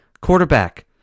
quarterback